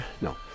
No